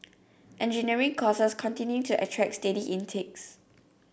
engineering courses continue to attract steady intakes